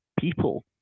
people